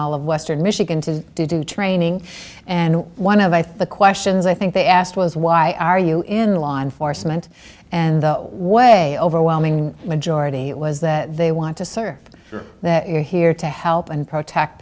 all of western michigan to do training and one of i think the questions i think they asked was why are you in law enforcement and the way overwhelming majority it was that they want to serve that you're here to help and protect